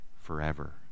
forever